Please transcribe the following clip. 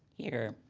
here.